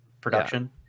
production